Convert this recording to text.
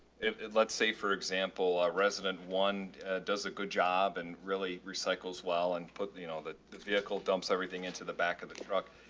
it, let's say for example, a resident one does a good job and really recycle as well and put, you know, the, the vehicle dumps everything into the back of the truck.